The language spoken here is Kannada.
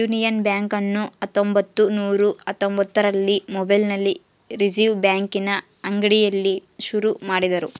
ಯೂನಿಯನ್ ಬ್ಯಾಂಕನ್ನು ಹತ್ತೊಂಭತ್ತು ನೂರ ಹತ್ತೊಂಭತ್ತರಲ್ಲಿ ಮುಂಬೈನಲ್ಲಿ ರಿಸೆರ್ವೆ ಬ್ಯಾಂಕಿನ ಅಡಿಯಲ್ಲಿ ಶುರು ಮಾಡಿದರು